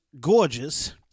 gorgeous